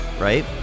right